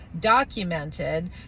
documented